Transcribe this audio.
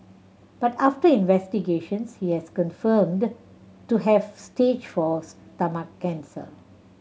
but after investigations he has confirmed to have stage four stomach cancer